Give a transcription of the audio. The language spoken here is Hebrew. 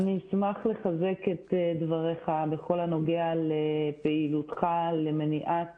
אשמח לחזק את דבריך בכל הנוגע לפעילותך למניעת